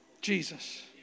Jesus